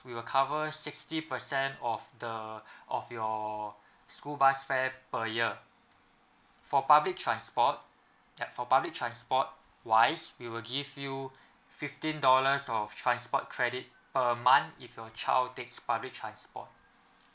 you will cover sixty percent of the of your school bus fare per year for public transport yup for public transport wise we will give you fifteen dollars of transport credit per month if your child takes public transport